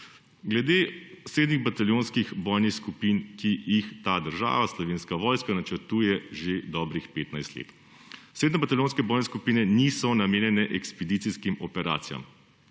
Glede srednjih bataljonskih bojnih skupin, ki jih ta država, Slovenska vojska načrtuje že dobrih 15 let. Srednje bataljonske bojne skupine niso namenjene ekspedicijskim operacijam.